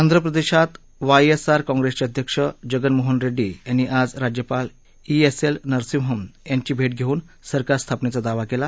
आंध्रप्रदेशात Y S R काँग्रेसचे अध्यक्ष जगन मोहन रेड्डी यांनी आज राज्यपाल ई एस एल नरसिंहन यांची भेट घेऊन सरकार स्थापनेचा दावा केला